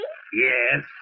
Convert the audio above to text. Yes